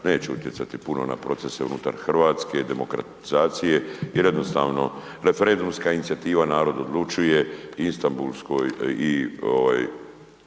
neće utjecati puno na procese unutar hrvatske demokratizacije jer jednostavno referendumska inicijativa „Narod odlučuje“ i Istabulskoj